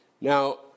Now